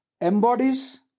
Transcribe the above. embodies